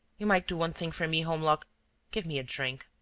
you might do one thing for me, holmlock give me a drink.